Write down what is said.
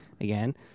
again